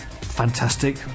Fantastic